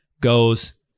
goes